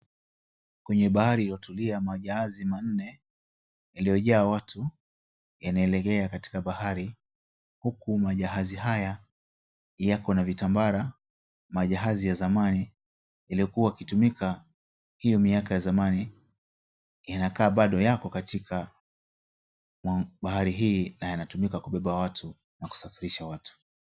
Kwenye bahari iliotulia majahazi manne yaliyojaa watu yanaelekea katika bahari huku majahazi haya yako na vitambara. Majahazi ya zamani yaliyokuwa yakitumika hio miaka ya zamani yanakaa bado yako katika bahari hii na yanatumika kubeba watu na kusafirisha watu.